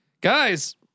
guys